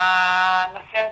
הנושא הזה,